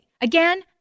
Again